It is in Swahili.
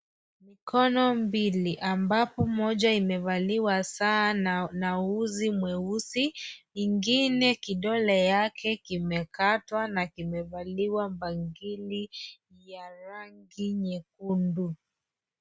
Mikono mbili ambapo moja imevaliwa saa na uzi mweusi ingine kidole yake kimekatwa na kimevaliwa bangili ya rangi nyekundu.